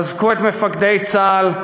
חזקו את מפקדי צה"ל,